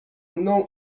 mną